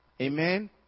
Amen